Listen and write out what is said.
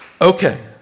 Okay